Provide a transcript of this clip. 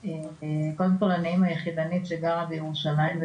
קודם כל אני אימא יחידנית שגרה בירושלים,